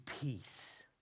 peace